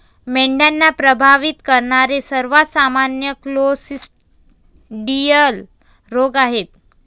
मेंढ्यांना प्रभावित करणारे सर्वात सामान्य क्लोस्ट्रिडियल रोग आहेत